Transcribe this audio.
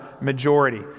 majority